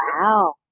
Wow